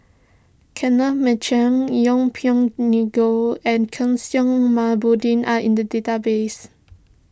Kenneth Mitchell Yeng Pway Ngon and Kishore are in the database